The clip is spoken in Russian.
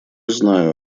знаю